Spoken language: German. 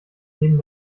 neben